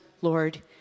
Lord